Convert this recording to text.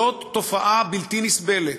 זאת תופעה בלתי נסבלת.